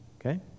Okay